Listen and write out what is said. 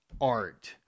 art